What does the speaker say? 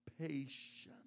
patience